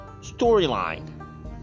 Storyline